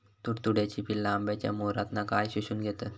तुडतुड्याची पिल्ला आंब्याच्या मोहरातना काय शोशून घेतत?